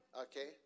Okay